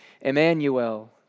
Emmanuel